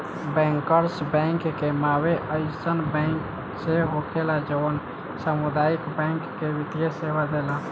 bankers bank के माने अइसन बैंक से होखेला जवन सामुदायिक बैंक के वित्तीय सेवा देला